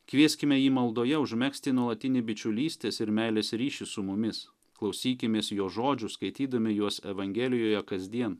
kvieskime jį maldoje užmegzti nuolatinį bičiulystės ir meilės ryšį su mumis klausykimės jo žodžių skaitydami juos evangelijoje kasdien